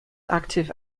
active